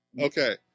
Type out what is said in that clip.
Okay